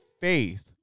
faith